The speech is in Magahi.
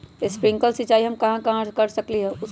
स्प्रिंकल सिंचाई हम कहाँ कहाँ कर सकली ह?